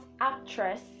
actress